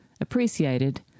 appreciated